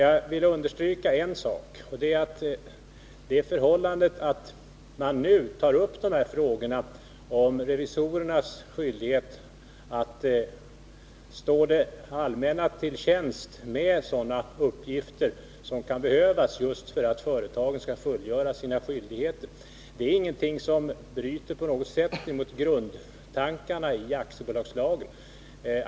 Jag vill understryka en sak, och det är att det förhållandet att man nu tar upp dessa frågor om revisorernas skyldighet att stå det allmänna till tjänst med sådana uppgifter som kan behövas just för att företagen skall fullgöra sina skyldigheter, det är ingenting som på något sätt bryter mot grundtankarna i aktiebolagslagen.